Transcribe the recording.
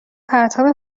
پرتاب